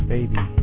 Baby